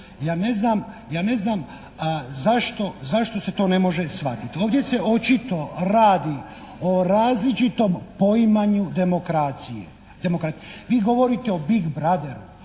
Ja ne znam zašto se to ne može shvatiti. Ovdje se očito radi o različitom poimanju demokracije. Vi govorite o Big brotheru,